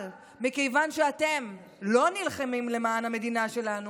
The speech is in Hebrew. אבל מכיוון שאתם, לא נלחמים למען המדינה שלנו